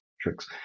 tricks